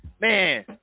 Man